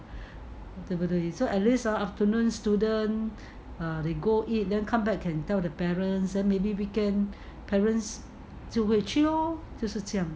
对不对 so at least ah afternoon student err they go eat then come back can tell the parents then maybe weekends parents 就回去 lor 就是这样